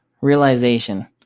realization